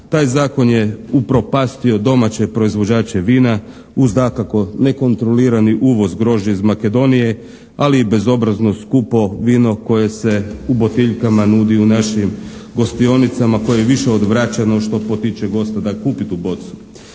Taj Zakon je upropastio domaće proizvođače vina, uz dakako nekontrolirani uvoz grožđa i Makedonija, ali i bezobrazno skupo vino koje se u boteljkama nudi u našim gostionicama koje je više vraćano što potiče gosta da kupi tu bocu.